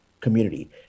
community